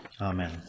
Amen